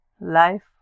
life